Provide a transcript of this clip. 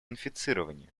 инфицирования